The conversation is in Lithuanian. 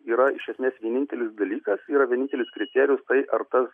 yra iš esmės vienintelis dalykas yra vienintelis kriterijus tai ar tas